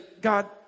God